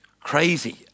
crazy